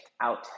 out